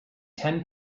ten